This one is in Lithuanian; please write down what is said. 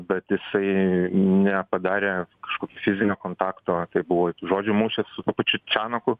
bet jisai nepadarė kažkokio fizinio kontakto tai buvo žodžių mūšis su tuo pačiu čianaku